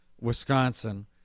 Wisconsin